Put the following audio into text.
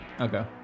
Okay